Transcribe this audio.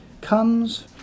comes